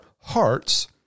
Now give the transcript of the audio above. hearts